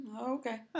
Okay